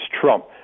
Trump